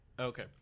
Okay